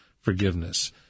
forgiveness